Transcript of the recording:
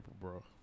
bro